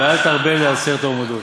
ואל תרבה לעשר האומדות".